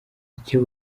icyo